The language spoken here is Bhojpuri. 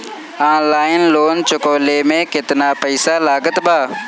ऑनलाइन लोन चुकवले मे केतना पईसा लागत बा?